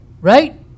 Right